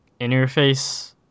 Interface